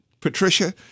Patricia